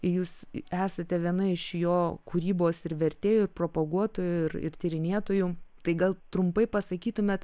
jūs esate viena iš jo kūrybos ir vertėjų ir propaguotojų ir ir tyrinėtojų tai gal trumpai pasakytumėt